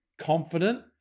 confident